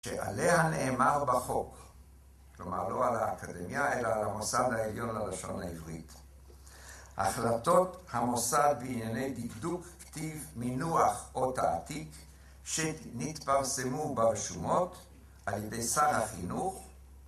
שעליה נאמר בחוק, כלומר לא על האקדמיה, אלא על המוסד העליון ללשון העברית. החלטות המוסד בענייני דקדוק, כתיב, מינוח או תעתיק, שנתפרסמו ברשומות על ידי שר החינוך